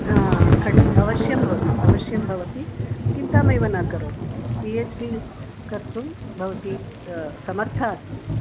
हा कण् अवश्यं भवति अवश्यं भवति चिन्तामेव न करोतु पि एच् डि कर्तुं भवती समर्था अस्ति